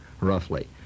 roughly